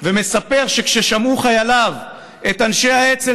ומספר שכששמעו חייליו את אנשי האצ"ל